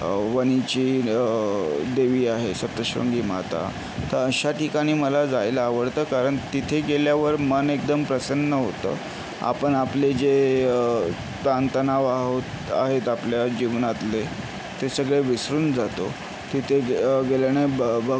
वणीची देवी आहे सप्तशृंगी माता तर अशा ठिकाणी मला जायला आवडतं कारण तिथे गेल्यावर मन एकदम प्रसन्न होतं आपण आपले जे ताणतणाव आहोत आहेत आपल्या जीवनातले ते सगळे विसरून जातो तिथे गे गेल्याने